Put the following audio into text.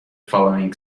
following